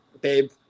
babe